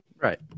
Right